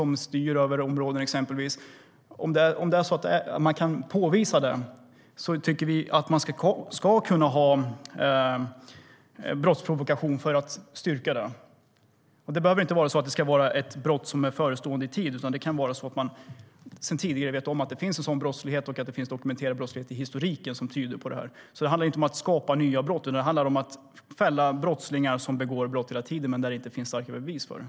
Om man kan påvisa det tycker vi att man ska kunna ha brottsprovokation för att styrka det. Det behöver inte vara ett förestående brott. Det kan vara så att man sedan tidigare vet att det finns en sådan brottslighet och att det finns dokumenterad brottslighet i historiken som tyder på det. Det handlar inte om att skapa nya brott, utan det handlar om att fälla brottslingar som begår brott hela tiden men där det inte finns starka bevis för det.